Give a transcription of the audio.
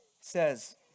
says